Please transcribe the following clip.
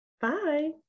Bye